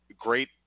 great